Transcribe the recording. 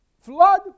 Flood